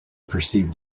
perceived